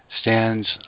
stands